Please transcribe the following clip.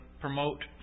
promote